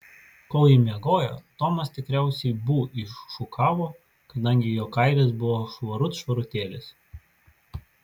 kol ji miegojo tomas tikriausiai bū iššukavo kadangi jo kailis buvo švarut švarutėlis